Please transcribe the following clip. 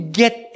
get